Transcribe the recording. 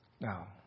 Now